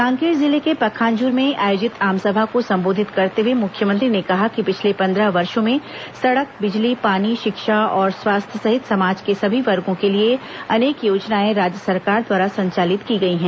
कांकेर जिले के पखांजूर में आयोजित आमसभा को संबोधित करते हुए मुख्यमंत्री ने कहा कि पिछले पंद्रह वर्षों में सड़क बिजली पानी शिक्षा और स्वास्थ्य सहित समाज के सभी वर्गो के लिए अनेक योजनाएं राज्य सरकार द्वारा संचालित की गई हैं